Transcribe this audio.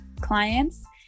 clients